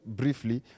briefly